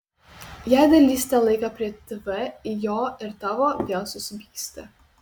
jei dalysite laiką prie tv į jo ir tavo vėl susipyksite